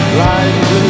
lines